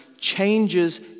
changes